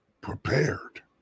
prepared